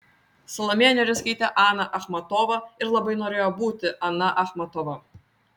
salomėja nėris skaitė aną achmatovą ir labai norėjo būti ana achmatova